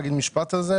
זה.